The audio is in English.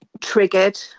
triggered